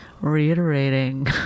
Reiterating